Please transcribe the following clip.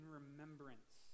remembrance